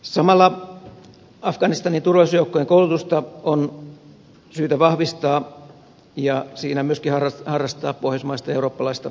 samalla afganistanin turvallisuusjoukkojen koulutusta on syytä vahvistaa ja siinä myöskin harrastaa pohjoismaista eurooppalaista yhteistyötä